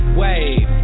wave